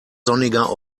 sonniger